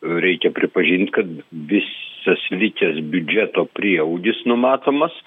reikia pripažint kad visas vykęs biudžeto prieaugis numatomas